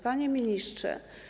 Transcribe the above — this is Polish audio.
Panie Ministrze!